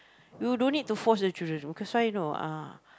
you don't need to force the children because why you know ah